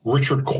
Richard